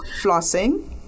Flossing